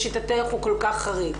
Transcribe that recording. שלשיטתך הוא כל כך חריג.